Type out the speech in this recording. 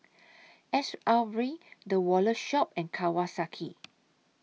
S R V The Wallet Shop and Kawasaki